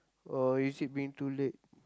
or is it being too late